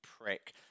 prick